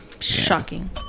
Shocking